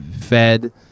fed